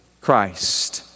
Christ